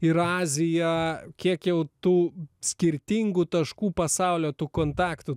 ir azija kiek jau tų skirtingų taškų pasaulio tų kontaktų